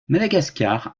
madagascar